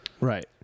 right